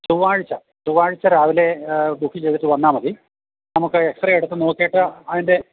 ചൊവ്വാഴ്ച ചൊവ്വാഴ്ച രാവിലെ ബുക്ക് ചെയ്തിട്ട് വന്നാൽ മതി നമുക്ക് എക്സ്റേ എടുത്ത് നോക്കിയിട്ട് അതിൻ്റെ